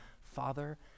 Father